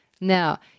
Now